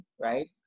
Right